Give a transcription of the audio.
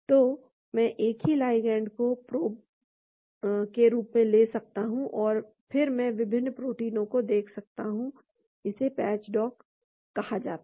तो मैं एक ही लाइगैंड को प्रोब के रूप में ले सकता हूं और फिर मैं विभिन्न प्रोटीनों को देख सकता हूं इसे पैच डॉक कहा जाता है